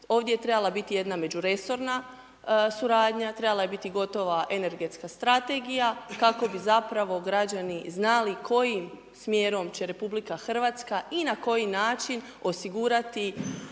Ovdje je trebala biti jedna međuresorna suradnja, trebala je biti gotova energetska strategija, kako bi zapravo građani znali kojim smjerom će RH i na koji način osigurati